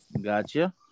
Gotcha